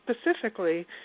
specifically